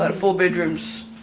ah four bedrooms,